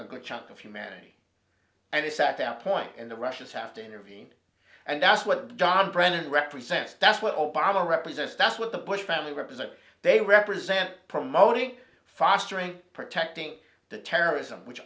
a good chunk of humanity and the sec that point and the russians have to intervene and that's what john brennan represents that's what obama represents that's what the bush family represent they represent promoting fostering protecting the terrorism which